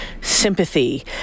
sympathy